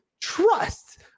trust